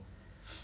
yeah